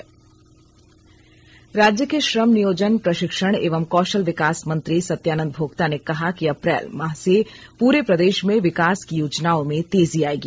श्रम मंत्री राज्य के श्रम नियोजन प्रशिक्षण एवं कोशल विकास मंत्री सत्यानन्द भोक्ता ने कहा कि अप्रैल माह से पूरे प्रदेश में विकास की योजनाओं में तेजी आएगी